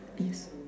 is